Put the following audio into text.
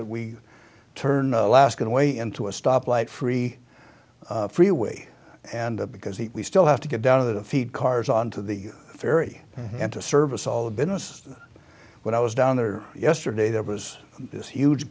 that we turn last get away into a stoplight free freeway and because he still have to get down to the feed cars on to the ferry and to service all the business when i was down there yesterday there was this huge